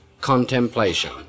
contemplation